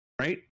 Right